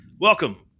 Welcome